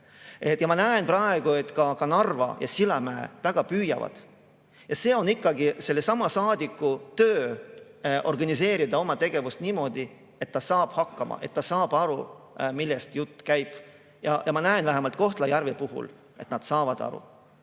ma näen praegu, et ka Narva ja Sillamäe väga püüavad. Ja see on ikkagi saadiku enda töö organiseerida oma tegevus niimoodi, et ta saab hakkama, et ta saab aru, millest jutt käib. Ja ma näen vähemalt Kohtla-Järve puhul, et nad saavad aru.